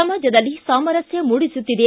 ಸಮಾಜದಲ್ಲಿ ಸಾಮರಸ್ತ ಮೂಡಿಸುತ್ತಿದೆ